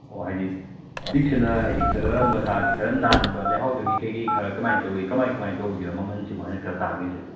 ꯑꯣ ꯍꯥꯏꯗꯤ ꯇꯤꯛꯁꯤꯅ ꯍꯥꯏꯗꯤ ꯈꯔ ꯃꯁꯥꯁꯤ ꯈꯔ ꯅꯥꯟꯕ ꯂꯩꯍꯥꯎꯗꯒꯤ ꯀꯩ ꯀꯩ ꯈꯔ ꯀꯃꯥꯏ ꯇꯧꯋꯤ ꯀꯃꯥꯏ ꯀꯃꯥꯏꯅ ꯇꯧꯕꯒꯦ ꯃꯃꯟꯁꯦ ꯃꯥꯅ ꯈꯔ ꯇꯥꯡꯂꯤꯁꯦ